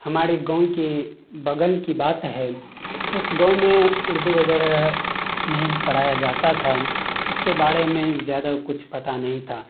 ہمارے گاؤں کے بغل کی بات ہے اس گاؤں میں اردو وغیرہ نہیں پڑھایا جاتا تھا اس کے بارے میں زیادہ کچھ پتہ نہیں تھا